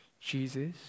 Jesus